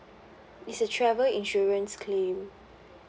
it's a travel insurance claim